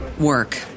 work